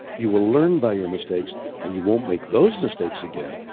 you will learn by your mistakes and you won't make those mistakes again.